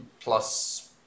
plus